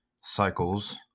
Cycles